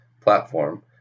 platform